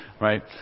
right